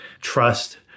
trust